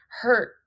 hurt